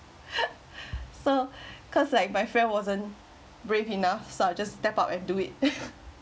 so cause like my friend wasn't brave enough so I just step up and do it